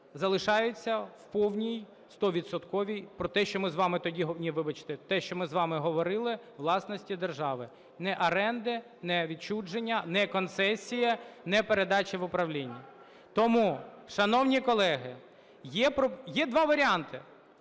вами тоді… Ні, вибачте, те, що ми з вами говорили – у власності держави, не оренди, не відчуження, не концесія, не передача в управління. Тому, шановні колеги, є два варіанти.